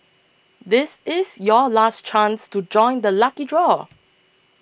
this is your last chance to join the lucky draw